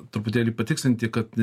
truputėlį patikslinti kad